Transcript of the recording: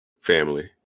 family